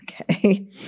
Okay